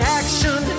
action